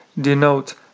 denote